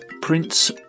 Prince